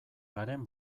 garen